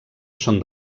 són